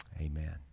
amen